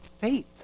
Faith